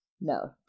No